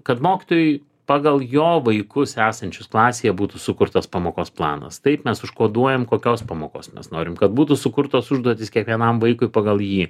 kad mokytojui pagal jo vaikus esančius klasėje būtų sukurtas pamokos planas taip mes užkoduojam kokios pamokos mes norim kad būtų sukurtos užduotys kiekvienam vaikui pagal jį